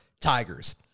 Tigers